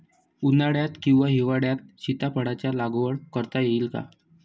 उन्हाळ्यात किंवा हिवाळ्यात सीताफळाच्या लागवड करता येईल का?